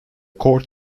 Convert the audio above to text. court